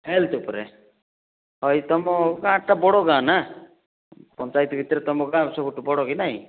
health ଉପରେ ହଇ ତୁମ ଗାଁଟା ବଡ଼ ଗାଁ ନା ପଞ୍ଚାୟତ ଭିତରେ ତୁମ ଗାଁ ସବୁଠୁ ବଡ଼ କି ନାଇଁ